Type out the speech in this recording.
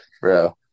bro